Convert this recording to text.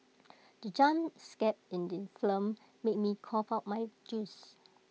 the jump scare in the film made me cough out my juice